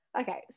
Okay